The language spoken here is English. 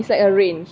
it's like a range